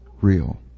Real